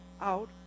out